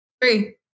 Three